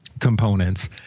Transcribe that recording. components